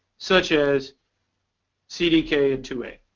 such as c d k n two a.